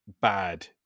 bad